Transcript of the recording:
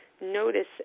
notice